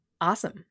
Awesome